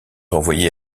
envoyées